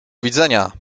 widzenia